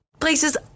places